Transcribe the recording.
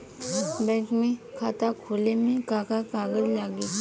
Bank में खाता खोले मे का का कागज लागी?